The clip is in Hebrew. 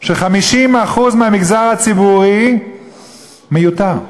ש-50% מהמגזר הציבורי מיותר.